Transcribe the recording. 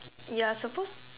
you are supposed to